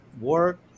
work